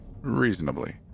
reasonably